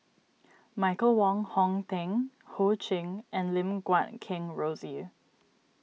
Michael Wong Hong Teng Ho Ching and Lim Guat Kheng Rosie